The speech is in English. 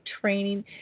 training